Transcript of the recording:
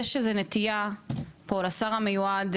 יש איזה נטייה פה לשר המיועד,